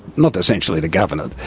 not essentially to govern it.